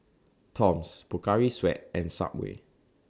Toms Pocari Sweat and Subway